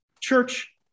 church